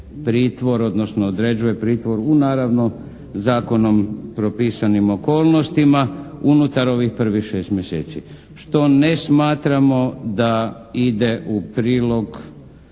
odnosno određuje pritvor u naravno zakonom propisanim okolnostima unutar ovih prvih 6 mjeseci, što ne smatramo da ide u prilog